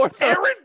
Aaron